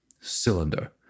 cylinder